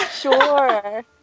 Sure